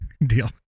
deal